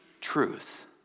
truth